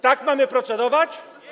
Tak mamy procedować?